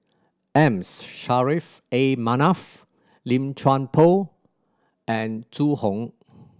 M Saffri A Manaf Lim Chuan Poh and Zhu Hong